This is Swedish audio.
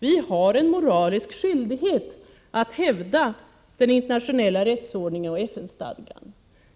Vi har en moralisk skyldighet att hävda den internationella rättsordningen och FN-stadgan.